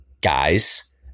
guys